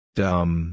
dumb